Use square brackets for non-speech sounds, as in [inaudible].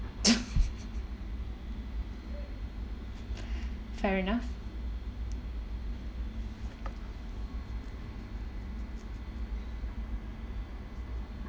[laughs] fair enough